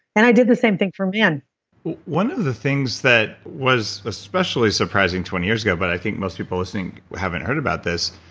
and i did the same thing for men one of the things that was especially surprising twenty years ago, but i think most people listening haven't heard about this,